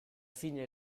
fine